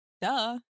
Duh